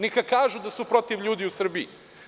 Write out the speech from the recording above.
Neka kažu da su protiv ljudi u Srbiji.